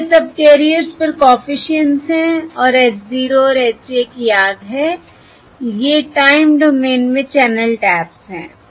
तो ये सबकैरियर्स पर कॉफिशिएंट्स हैं और h 0 और h 1 याद है ये टाइम डोमेन में चैनल टैप्स हैं